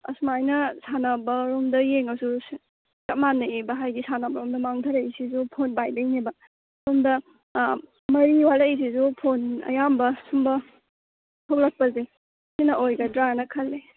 ꯑꯁꯨꯃꯥꯏꯅ ꯁꯥꯟꯅꯕ ꯔꯣꯝꯗ ꯌꯦꯡꯉꯁꯨ ꯆꯞꯃꯥꯟꯅꯩꯑꯕ ꯍꯥꯏꯗꯤ ꯁꯥꯟꯅꯕꯔꯣꯝꯗ ꯃꯥꯡꯊꯔꯛꯏꯁꯤꯁꯨ ꯐꯣꯟ ꯄꯥꯏꯕꯩꯅꯦꯕ ꯁꯣꯝꯗ ꯃꯍꯩ ꯋꯥꯠꯂꯛꯏꯁꯤꯁꯨ ꯐꯣꯟ ꯑꯌꯥꯝꯕ ꯁꯨꯝꯕ ꯊꯣꯂꯛꯄꯁꯦ ꯁꯤꯅ ꯑꯣꯏꯒꯗ꯭ꯔꯥꯑꯅ ꯈꯜꯂꯦ